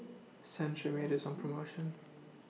Cetrimide IS on promotion